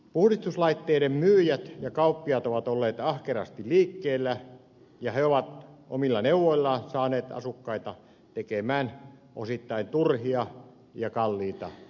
puhdistuslaitteiden myyjät ja kauppiaat ovat olleet ahkerasti liikkeellä ja he ovat omilla neuvoillaan saaneet asukkaita tekemään osittain turhia ja kalliita investointeja